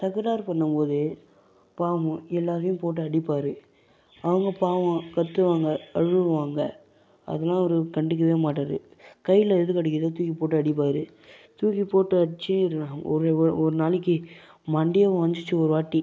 தகராறு பண்ணும் போது பாவம் எல்லோரையும் போட்டு அடிப்பார் அவங்க பாவம் கத்துவாங்க அழுவாங்க அதெல்லாம் அவர் கண்டுக்கவே மாட்டார் கையில் எது கிடைக்குதோ தூக்கிப் போட்டு அடிப்பார் தூக்கிப் போட்டு அடிச்சு ஒரு நாள் ஒரு ஒரு ஒரு நாளைக்கு மண்டையே உடஞ்சிச்சி ஒருவாட்டி